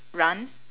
run